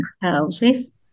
houses